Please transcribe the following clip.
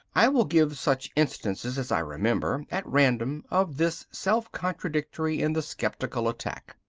i will give such instances as i remember at random of this self-contradiction in the sceptical attack.